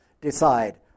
decide